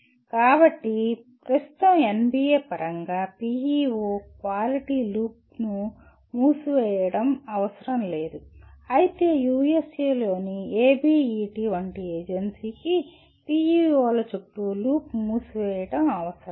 కాబట్టి ప్రస్తుతం NBA పరంగా PEO క్వాలిటీ లూప్ మూసివేయడం అవసరం లేదు అయితే USA లోని ABET వంటి ఏజెన్సీకి PEO ల చుట్టూ లూప్ మూసివేయడం అవసరం